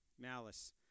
malice